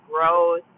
growth